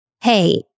hey